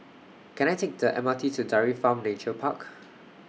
Can I Take The M R T to Dairy Farm Nature Park